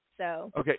okay